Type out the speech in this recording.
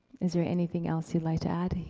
is there anything else you'd like to add?